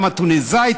גם הטוניסאית,